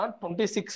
26